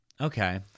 okay